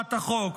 להצעת החוק,